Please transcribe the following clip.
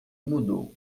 mudou